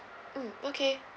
mm okay